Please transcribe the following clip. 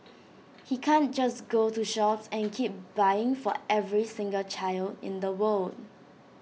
he can't just go to shops and keep buying for every single child in the world